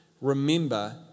remember